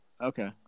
Okay